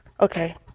okay